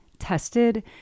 tested